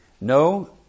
No